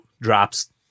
drops